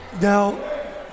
Now